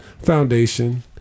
foundation